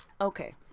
okay